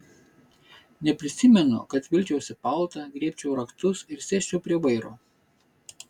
neprisimenu kad vilkčiausi paltą griebčiau raktus ir sėsčiau prie vairo